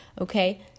Okay